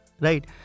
right